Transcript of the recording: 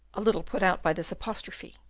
a little put out by this apostrophe,